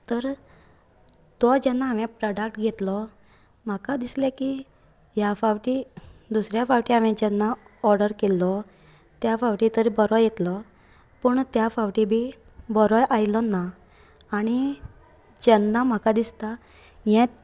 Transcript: तर तो जेन्ना हांवे प्रोडक्ट घेतलो म्हाका दिसले की ह्या फावटी दुसरे फावटी हांवे जेन्ना ऑर्डर केल्लो त्या फावटी तरी बरो येतलो पूण त्या फावटी बी बरो आयलो ना आनी जेन्ना म्हाका दिसता हेत